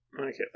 Okay